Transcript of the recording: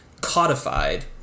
codified